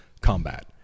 combat